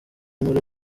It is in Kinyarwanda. muri